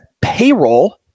payroll